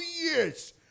yes